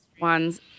ones